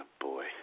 boy